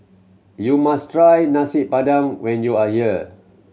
you must try Nasi Padang when you are here